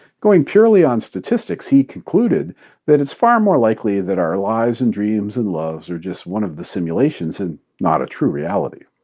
going purely on statistics, he concluded that it is far more likely that our lives and dreams and loves are just one of the simulations and not a true reality.